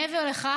מעבר לכך,